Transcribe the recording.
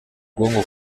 bwonko